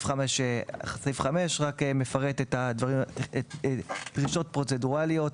סעיף 5 מפרט את הדרישות הפרוצדורליות,